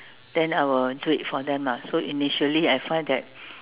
then I will do it for them lah so initially I find that